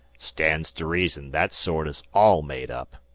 stands to reason that sort is all made up.